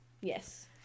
Yes